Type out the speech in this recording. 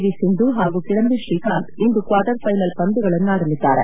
V Sindhu ಹಾಗೂ ಕಿಡಂಬಿ ಶ್ರೀಕಾಂತ್ ಇಂದು quarter final ಪಂದ್ಯಗಳನ್ನಾಡಲಿದ್ದಾರೆ